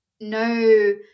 no